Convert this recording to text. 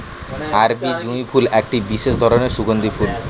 আরবি জুঁই ফুল একটি বিশেষ ধরনের সুগন্ধি ফুল